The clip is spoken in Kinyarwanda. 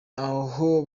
aho